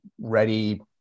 ready